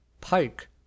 pike